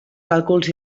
càlculs